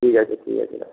ঠিক আছে ঠিক আছে রাখুন